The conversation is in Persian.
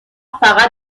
فقط